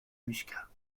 muscat